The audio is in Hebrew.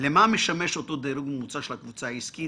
למה משמש אותו דירוג ממוצע של הקבוצה העסקית?